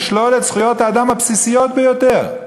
לשלול את זכויות האדם הבסיסיות ביותר.